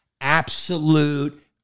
absolute